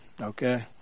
Okay